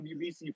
WBC